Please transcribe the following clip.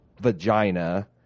vagina